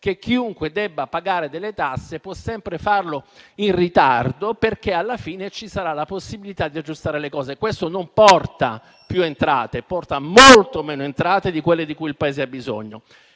cui chiunque debba pagare delle tasse può sempre farlo in ritardo, perché alla fine ci sarà la possibilità di aggiustare le cose. Questo porta molte meno entrate di quelle di cui il Paese ha bisogno.